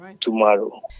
tomorrow